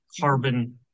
carbon